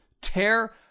tear